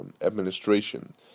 Administration